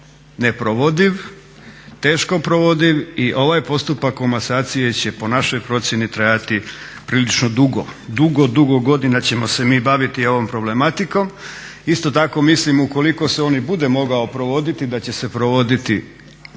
neprovodiv, teško provodiv i ovaj postupak komasacije će po našoj procjeni trajati prilično dugo. Dugo, dugo godina ćemo se mi baviti ovom problematikom. Isto tako mislim ukoliko se on i bude mogao provoditi da će se provoditi